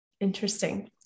Interesting